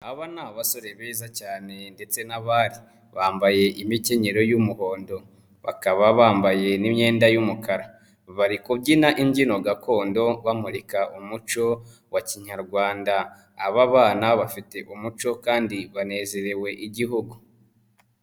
Aba ni abasore beza cyane ndetse n'abari, bambaye imikenyero y'umuhondo, bakaba bambaye n'imyenda y'umukara, bari kubyina imbyino gakondo bamurika umuco wa kinyarwanda, aba bana bafite umuco kandi banezerewe Igihugu.